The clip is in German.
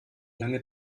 lange